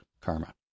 karma